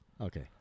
Okay